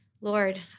Lord